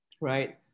right